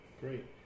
Great